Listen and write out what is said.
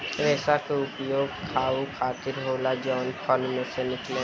रेसा के उपयोग खाहू खातीर होला जवन फल में से निकलेला